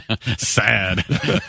sad